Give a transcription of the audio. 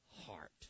heart